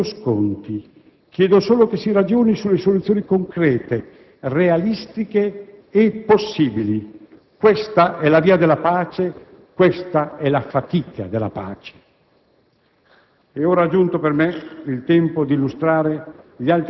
e non solo sulle singole scelte. Non chiedo sconti, chiedo solo che si ragioni sulle soluzioni concrete, realistiche e possibili. Questa è la via della pace, questa è la fatica della pace.